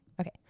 Okay